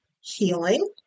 healing